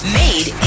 made